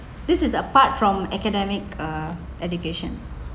this is apart from academic uh education